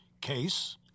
case